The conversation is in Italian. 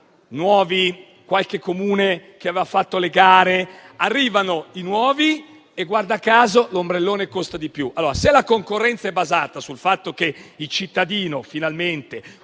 qualche Comune aveva già fatto le gare: arrivano i nuovi e, guarda caso, l'ombrellone costa di più. Se la concorrenza è basata sul fatto che finalmente